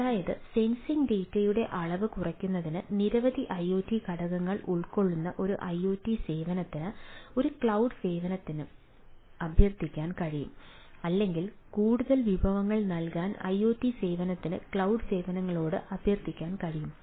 അതായത് സെൻസിംഗ് ഡാറ്റയുടെ അളവ് കുറയ്ക്കുന്നതിന് നിരവധി ഐഒടി ഘടകങ്ങൾ ഉൾക്കൊള്ളുന്ന ഒരു ഐഒടി സേവനത്തിന് ഒരു ക്ലൌഡ് സേവനത്തിന് അഭ്യർത്ഥിക്കാൻ കഴിയും അല്ലെങ്കിൽ കൂടുതൽ വിഭവങ്ങൾ നൽകാൻ ഐഒടി സേവനത്തിന് ക്ലൌഡ് സേവനങ്ങളോട് അഭ്യർത്ഥിക്കാൻ കഴിയും